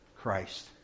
Christ